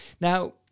Now